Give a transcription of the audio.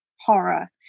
horror